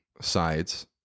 sides